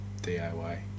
DIY